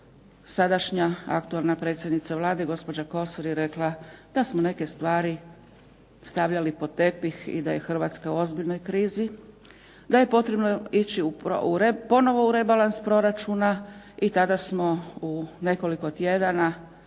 Sadašnja aktualna predsjednica Vlade gospođa Kosor je rekla da smo neke stvari stavljali pod tepih i da je Hrvatska u ozbiljnoj krizi, da je potrebno ići ponovno u rebalans proračuna. I tada smo u nekoliko tjedana